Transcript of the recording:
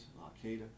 Al-Qaeda